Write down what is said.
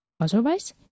otherwise